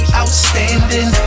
outstanding